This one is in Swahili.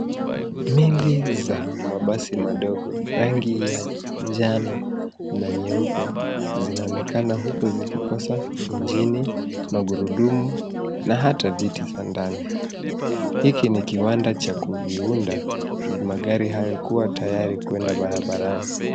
Miili za mabasi madogo rangi ya njano na nyeupe zinaonekana huku zikikosa injini, magurudumu na hata viti za ndani, hiki ni kiwanda cha kuviunda magari hayo kuwa tayari kwenda barabarani.